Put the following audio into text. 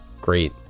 Great